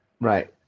Right